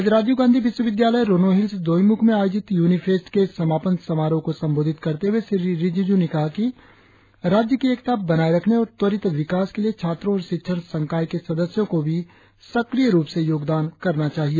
आज राजीव गांधी विश्वविद्यालय रोनोहिल्स दोईमुख में आयोजित यूनीफेस्ट के समापन समारोह को संबोधित करते हुए श्री रिजिज़ ने कहा कि राज्य की एकता बनाए रखने और त्वरित विकास के लिए छात्रों और शिक्षण संकाय के सदस्यों को भी सक्रिय रुप से सहयोग करना चाहिए